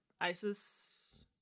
ISIS